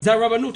זו הרבנות,